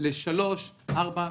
לשלוש, ארבע.